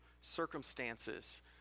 circumstances